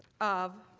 of